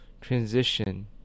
transition